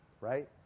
Right